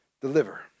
deliver